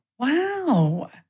Wow